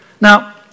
Now